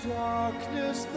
darkness